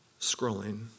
scrolling